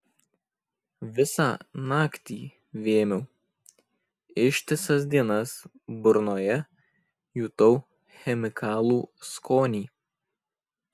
visą naktį vėmiau ištisas dienas burnoje jutau chemikalų skonį